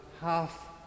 half